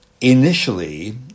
Initially